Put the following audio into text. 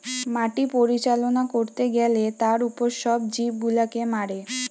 মাটি পরিচালনা করতে গ্যালে তার উপর সব জীব গুলাকে মারে